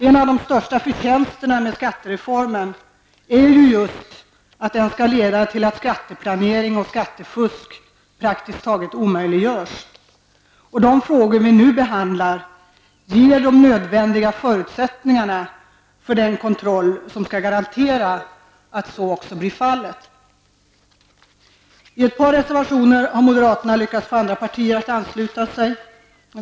En av de största förtjänsterna med skattereformen är ju just att den skall leda till att skatteplanering och skattefusk praktiskt taget omöjliggörs. De frågor som vi nu behandlar ger de nödvändiga förutsättningarna för den kontroll som skall garantera att så också blir fallet. I ett par reservationer har moderaterna lyckats få andra partier att ansluta sig.